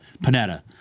Panetta